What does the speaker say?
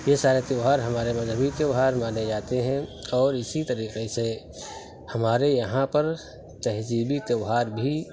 یہ سارے تیوہار ہمارے مذہبی تیوہار مانے جاتے ہیں اور اسی طریقے سے ہمارے یہاں پر تہذیبی تیوہار بھی